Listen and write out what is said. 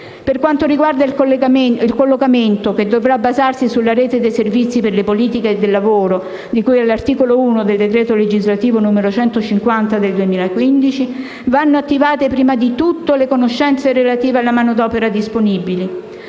Per quanto riguarda il collocamento, che dovrà basarsi sulla Rete nazionale dei servizi per le politiche del lavoro di cui all'articolo 1 del decreto legislativo n. 150 del 2015, vanno attivate prima di tutto le conoscenze relativamente alla manodopera disponibile: